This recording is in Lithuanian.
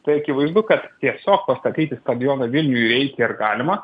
tai akivaizdu kad tiesiog pastatyti stadioną vilniui reikia ir galima